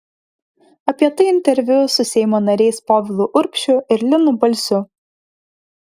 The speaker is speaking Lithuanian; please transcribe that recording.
apie tai interviu su seimo nariais povilu urbšiu ir linu balsiu